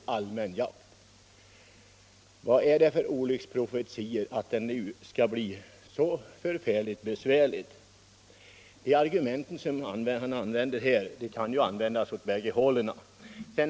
Vad är anledningen till dessa olycksprofetior om att det nu skulle bli så besvärligt? De argument som herr Enlund anför kan användas som stöd för bägge sidornas uppfattning.